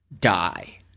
die